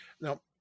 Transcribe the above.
Now